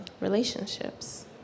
relationships